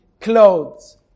clothes